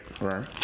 Right